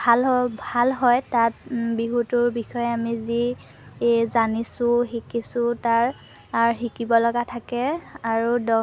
ভাল ভাল হয় তাত বিহুটোৰ বিষয়ে আমি যি জানিছোঁ শিকিছোঁ তাৰ আৰ শিকিব লগা থাকে আৰু দ